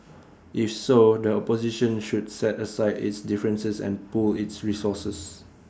if so the opposition should set aside its differences and pool its resources